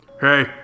Hey